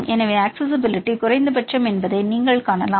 எனவே அக்சஸிஸிபிலிட்டி குறைந்தபட்சம் என்பதை நீங்கள் காணலாம்